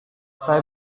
saya